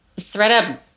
ThreadUp